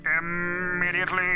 immediately